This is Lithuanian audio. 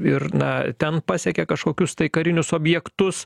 ir na ten pasiekė kažkokius tai karinius objektus